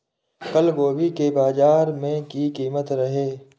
कल गोभी के बाजार में की कीमत रहे?